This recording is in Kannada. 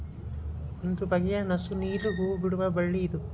ಒಂದು ಬಗೆಯ ನಸು ನೇಲು ಹೂ ಬಿಡುವ ಬಳ್ಳಿ ಇದು